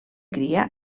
cria